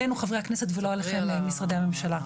עלינו, חברי הכנסת, ולא עליכם, משרדי הממשלה.